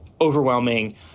overwhelming